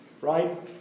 right